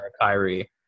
Kyrie